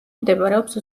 მდებარეობს